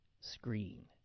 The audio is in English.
screen